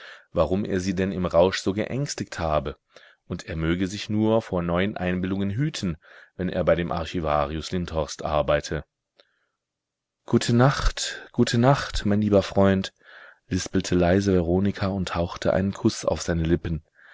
warum er sie denn im rausch so geängstigt habe und er möge sich nur vor neuen einbildungen hüten wenn er bei dem archivarius lindhorst arbeite gute nacht gute nacht mein lieber freund lispelte leise veronika und hauchte einen kuß auf seine lippen